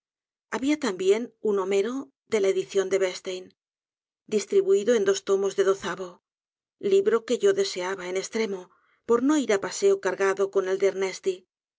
había también un homero de la edición de vestein distribuido en dos tomos en dozavo libro que yo deseaba en estremo por no i r á paseo cargado con el